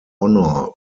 honour